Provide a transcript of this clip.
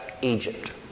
Egypt